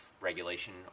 regulation